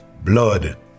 blood